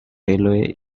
railway